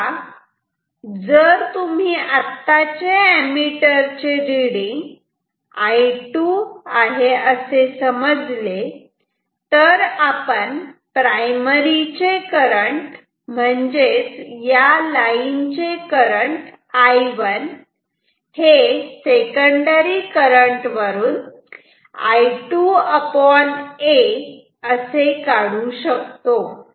तेव्हा जर तुम्ही आत्ताचे ऍमिटर चे रिडींग I2 असे समजले तर आपण प्रायमरी चे करंट म्हणजेच या लाईन चे करंट I1 हे सेकंडरी करंट I2 a असे काढू शकतो